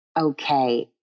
okay